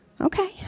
Okay